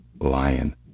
lion